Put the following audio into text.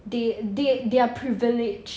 they they they are privileged